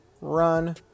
run